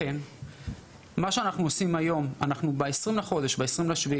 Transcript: מה שאנחנו עושים ב-20 ביולי,